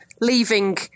leaving